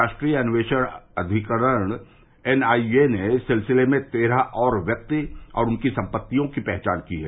राष्ट्रीय अन्वेषण अमिकरण एनआईए ने इस सिलसिले में तेरह और व्यक्ति और उनकी संपत्तियों की पहचान की है